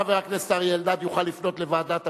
חבר הכנסת אריה אלדד יוכל לפנות לוועדת הפירושים.